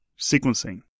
sequencing